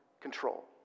control